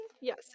Yes